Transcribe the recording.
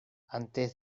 antes